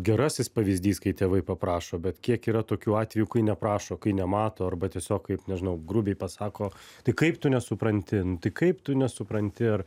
gerasis pavyzdys kai tėvai paprašo bet kiek yra tokių atvejų kai neprašo kai nemato arba tiesiog kaip nežinau grubiai pasako tai kaip tu nesupranti nu tai kaip tu nesupranti ar